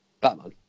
Batman